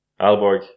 Alborg